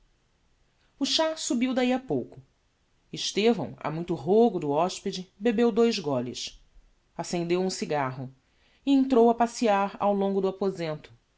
o chá subiu dahi a pouco estevão a muito rogo do hospede bebeu dous goles accendeu um cigarro e entrou a passear ao longo do aposento